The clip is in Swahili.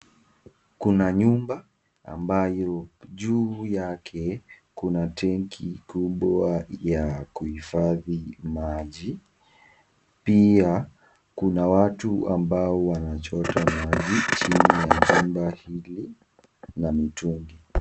Kuna nyumba ambayo juu yake kuna tenki kubwa ya kuhifadhi maji . Pia kuna watu ambao wanachota maji chini ya jumba hili na mitungi.